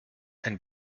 and